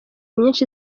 myinshi